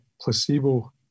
placebo